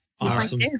Awesome